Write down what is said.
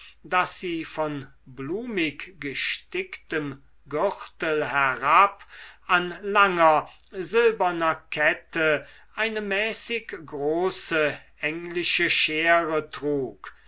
daß sie von blumig gesticktem gürtel herab an langer silberner kette eine mäßig große englische schere trug